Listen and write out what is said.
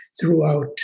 throughout